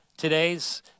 Today's